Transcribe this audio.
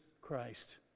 Christ